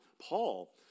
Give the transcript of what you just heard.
Paul